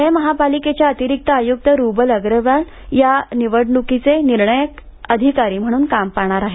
पुणे महापालिकेच्या अतिरिक्त आयुक्त रुबल अगरवाल या निवडणूक निर्णय अधिकारी म्हणून काम पाहणार आहेत